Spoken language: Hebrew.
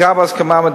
התגובה.